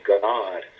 God